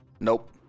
Nope